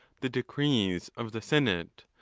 the decrees of the senate,